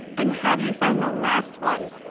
and have you found the last one?